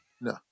No